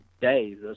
days